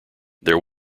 there